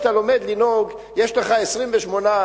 כשאתה לומד לנהוג יש לך 28,